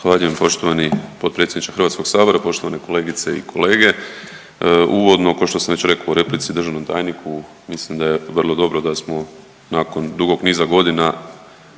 Zahvaljujem poštovani potpredsjedniče Hrvatskog sabora, poštovane kolegice i kolege uvodno kao što sam već rekao u replici državnom tajniku mislim da je vrlo dobro da smo nakon dugog niza godina